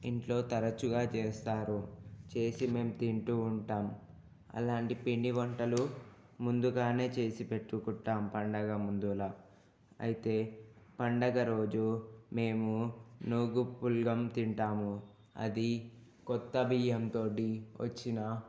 ఇంట్లో తరచుగా చేస్తారు చేసి మేము తింటూ ఉంటాం అలాంటి పిండి వంటలు ముందుగానే చేసి పెట్టుకుంటాం పండుగ ముందులా అయితే పండుగ రోజు మేము నూగు పులగం తింటాము అది కొత్త బియ్యం తోటి వచ్చిన